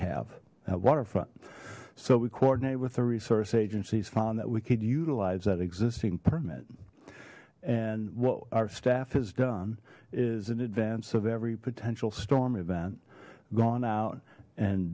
have at waterfront so we coordinated with the resource agencies found that we could utilize that existing permit and what our staff has done is in advance of every potential storm event gone out and